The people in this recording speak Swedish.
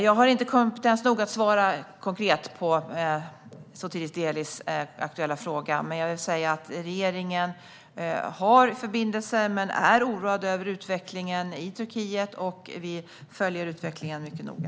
Jag har inte kompetens nog att svara konkret på Sotiris Delis aktuella fråga. Jag vill dock säga att regeringen har förbindelser, men är oroad över utvecklingen i Turkiet, och att vi följer utvecklingen mycket noga.